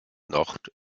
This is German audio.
nord